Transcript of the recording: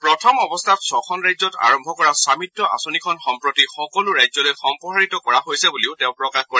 প্ৰথম অৱস্থাত ছখন ৰাজ্যত আৰম্ভ কৰা স্বামীত আঁচনিখন সম্প্ৰতি সকলো ৰাজ্যলৈ সম্প্ৰসাৰিত কৰা হৈছে বুলিও তেওঁ প্ৰকাশ কৰে